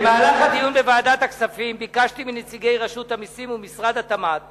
במהלך הדיון בוועדת הכספים ביקשתי מנציגי רשות המסים ומשרד התמ"ת